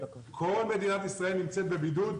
כל מדינת ישראל נמצאת בבידוד,